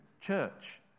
church